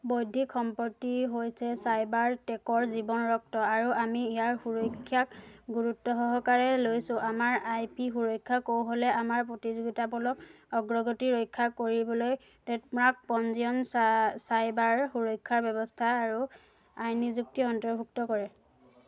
বৌদ্ধিক সম্পত্তি হৈছে চাইবাৰ টেকৰ জীৱন ৰক্ত আৰু আমি ইয়াৰ সুৰক্ষাক গুৰুত্ব সহকাৰে লৈছোঁ আমাৰ আই পি সুৰক্ষা কৌশলে আমাৰ প্ৰতিযোগিতামূলক অগ্ৰগতি ৰক্ষা কৰিবলৈ ট্ৰেডমাৰ্ক পঞ্জীয়ন চা চাইবাৰ সুৰক্ষাৰ ব্যৱস্থা আৰু আইনী যুক্তি অন্তৰ্ভুক্ত কৰে